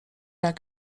jak